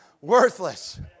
Worthless